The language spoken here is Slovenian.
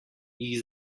jih